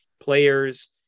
players